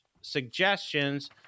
suggestions